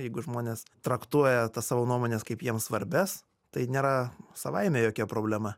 jeigu žmonės traktuoja tas savo nuomones kaip jiem svarbias tai nėra savaime jokia problema